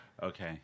Okay